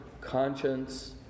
conscience